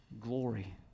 glory